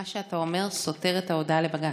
מה שאתה אומר סותר את ההודעה לבג"ץ.